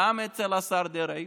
גם אצל השר דרעי,